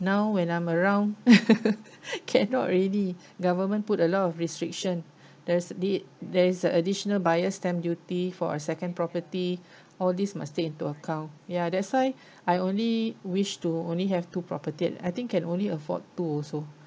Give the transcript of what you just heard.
now when I'm around cannot already government put a lot of restriction there's the there is the additional buyer's stamp duty for a second property all this must take into account ya that's why I only wish to only have two property I think can only afford two also